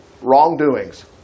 wrongdoings